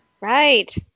Right